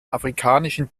afrikanischen